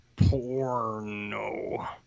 Porno